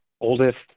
oldest